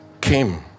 came